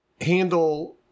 handle